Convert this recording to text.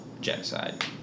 genocide